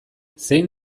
zein